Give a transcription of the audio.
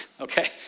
Okay